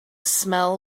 smell